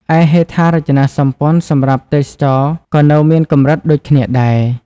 ឯ ហេដ្ឋារចនាសម្ព័ន្ធសម្រាប់ទេសចរណ៍ក៏នៅមានកម្រិតដូចគ្នាដែរ។